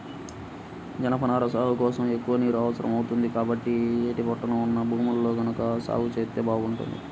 జనపనార సాగు కోసం ఎక్కువ నీరు అవసరం అవుతుంది, కాబట్టి యేటి పట్టున ఉన్న భూముల్లో గనక సాగు జేత్తే బాగుంటది